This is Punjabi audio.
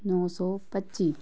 ਨੌ ਸੌ ਪੱਚੀ